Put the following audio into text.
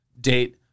date